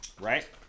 Right